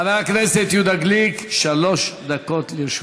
חבר הכנסת יהודה גליק, שלוש דקות לרשותך.